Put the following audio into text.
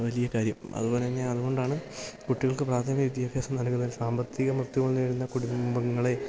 വലിയ കാര്യം അതുപോലെ തന്നെ അതുകൊണ്ടാണ് കുട്ടികൾക്കു പ്രാഥമിക വിദ്യാഭ്യാസം നൽകുന്ന സാമ്പത്തിക ബുദ്ധിമുട്ടു നേരിടുന്ന കുടുംബങ്ങളെ